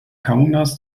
kaunas